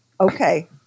Okay